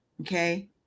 Okay